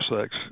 sex